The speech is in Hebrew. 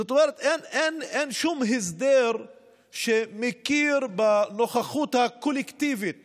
זאת אומרת, אין שום הסדר שמכיר בנוכחות הקולקטיבית